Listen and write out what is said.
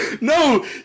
No